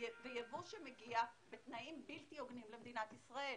וייבוא שמגיע בתנאים בלתי הוגנים למדינת ישראל.